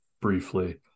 briefly